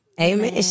Amen